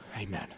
Amen